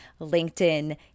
LinkedIn